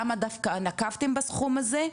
למה דווקא נקבתם בסכום הזה?